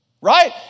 right